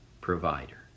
provider